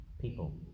people